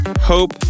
Hope